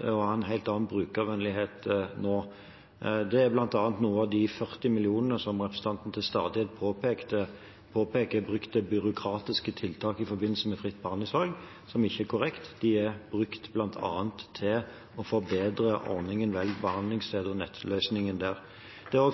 har en helt annen brukervennlighet nå. Noe av de 40 mill. kr som representanten til stadighet påpeker er brukt til byråkratiske tiltak i forbindelse med fritt behandlingsvalg – noe som ikke er korrekt – er brukt bl.a. til å forbedre ordningen Velg behandlingssted og nettløsningen der. Når